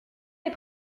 des